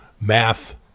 math